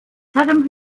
saddam